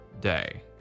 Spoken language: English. day